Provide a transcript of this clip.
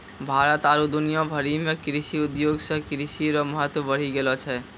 भारत आरु दुनिया भरि मे कृषि उद्योग से कृषि रो महत्व बढ़ी गेलो छै